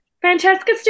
Francesca